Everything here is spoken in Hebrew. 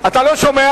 אתה לא שומע?